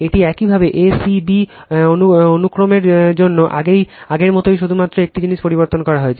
এটি একইভাবে a c b অনুক্রমের জন্য আগের মতোই শুধুমাত্র একটি জিনিস পরিবর্তন করা হয়েছে